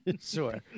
Sure